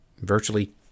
virtually